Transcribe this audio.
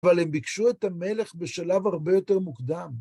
אבל הם ביקשו את המלך בשלב הרבה יותר מוקדם.